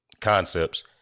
concepts